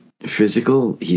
physical